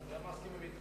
על זה מסכימים אתך.